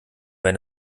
wenn